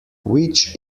which